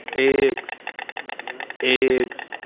eggs eggs,